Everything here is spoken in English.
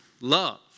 love